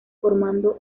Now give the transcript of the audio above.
formando